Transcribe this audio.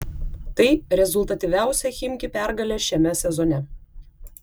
tai rezultatyviausia chimki pergalė šiame sezone